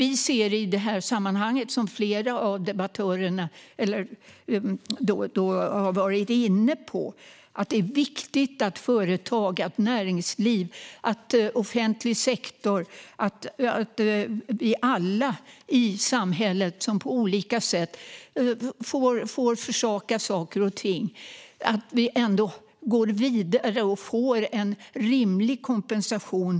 I detta sammanhang är det, som flera av debattörerna har varit inne på, viktigt att företag, näringsliv och offentlig sektor - alla vi i samhället som på olika sätt får försaka saker och ting - går vidare och får en rimlig kompensation.